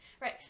Right